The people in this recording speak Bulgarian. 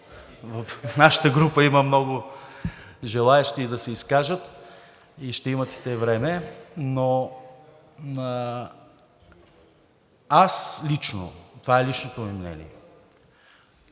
в нашата група има много желаещи да се изкажат – ще имат и те време. Но аз лично – това е личното ми мнение,